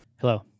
Hello